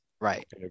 Right